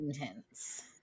intense